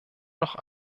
noch